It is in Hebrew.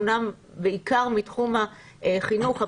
אמנם בעיקר מתחום החינוך,